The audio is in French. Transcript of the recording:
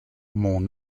mon